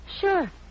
Sure